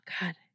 God